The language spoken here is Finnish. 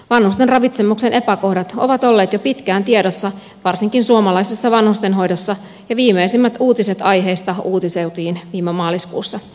vanhusten ravitsemuksen epäkohdat ovat olleet jo pitkään tiedossa varsinkin suomalaisessa vanhustenhoidossa ja viimeisimmät uutiset aiheesta uutisoitiin viime maaliskuussa